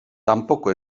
tampoco